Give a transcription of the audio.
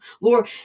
lord